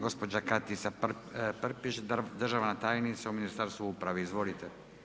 Gospođa Katica Prpić državna tajnica u Ministarstvu uprave, izvolite.